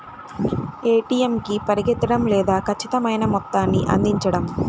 ATM కి పరిగెత్తడం లేదా ఖచ్చితమైన మొత్తాన్ని అందించడం